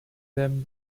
them